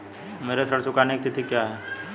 मेरे ऋण चुकाने की तिथि क्या है?